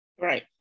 Right